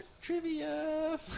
Trivia